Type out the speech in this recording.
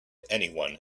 anyone